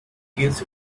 case